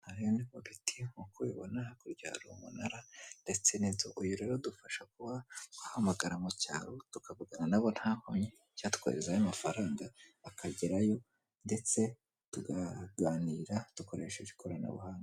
Vugu ati nkukouko bibona hakurya hari umunara ndetse niito uyu rerodufasha kubahamagara mu cyaro tukavugana nabo nta nkom icyatheza ayofaranga akagerayo ndetse tugaganira dukoresheje ikoranabuhanga.